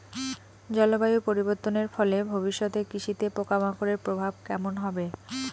জলবায়ু পরিবর্তনের ফলে ভবিষ্যতে কৃষিতে পোকামাকড়ের প্রভাব কেমন হবে?